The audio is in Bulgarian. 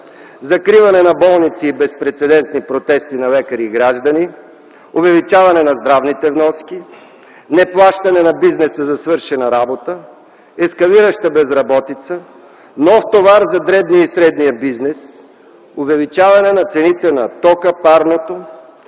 закриване на болници и безпрецедентни протести на лекари и граждани; увеличаване на здравните вноски; неплащане на бизнеса за свършена работа; ескалираща безработица; нов товар за дребния и средния бизнес; увеличаване цените на тока, парното;